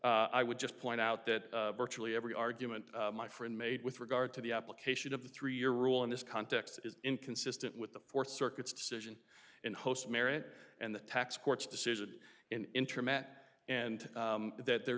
rule i would just point out that virtually every argument my friend made with regard to the application of the three year rule in this context is inconsistent with the fourth circuit's decision and host merit and the tax court's decision in internet and that there